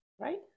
right